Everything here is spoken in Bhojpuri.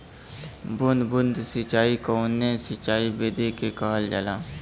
बूंद बूंद सिंचाई कवने सिंचाई विधि के कहल जाला?